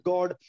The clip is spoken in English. God